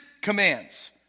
commands